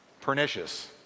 Pernicious